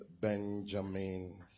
Benjamin